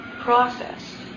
process